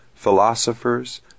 philosophers